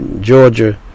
Georgia